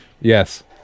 Yes